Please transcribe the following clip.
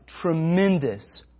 tremendous